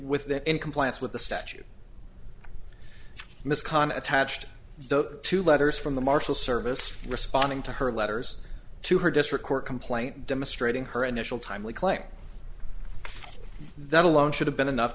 that in compliance with the statute misconduct touched those two letters from the marshal service responding to her letters to her district court complaint demonstrating her initial timely claim that alone should have been enough